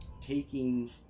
taking